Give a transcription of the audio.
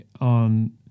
on